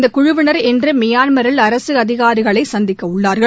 இந்த குழுவினர் இன்று மியான்மரில் அரசு அதிகாரிகளை சந்திக்கவுள்ளார்கள்